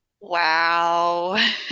Wow